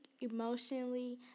emotionally